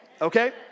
Okay